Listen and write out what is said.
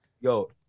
Yo